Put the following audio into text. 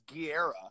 Guerra